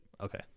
Okay